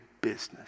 business